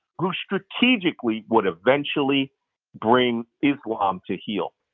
who strategically would eventually bring islam to heel.